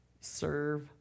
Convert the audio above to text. Serve